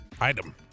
item